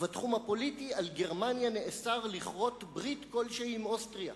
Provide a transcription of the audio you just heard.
ובתחום הפוליטי על גרמניה נאסר לכרות ברית כלשהי עם אוסטריה.